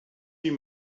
you